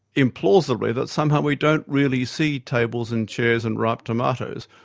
implausibly, that somehow we don't really see tables and chairs and ripe tomatoes,